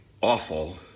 awful